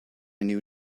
new